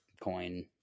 coin